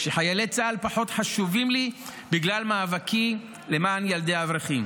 שחיילי צה"ל פחות חשובים לי בגלל מאבקי למען ילדי האברכים.